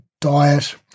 diet